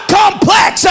complex